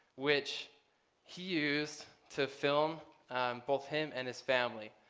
which he used to film both him and his family,